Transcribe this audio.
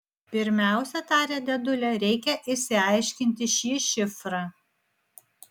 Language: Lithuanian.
pirmiausia tarė dėdulė reikia išsiaiškinti šį šifrą